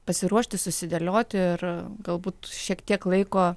pasiruošti susidėlioti ir galbūt šiek tiek laiko